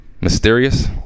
Mysterious